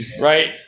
Right